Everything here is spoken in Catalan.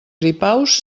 gripaus